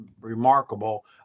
remarkable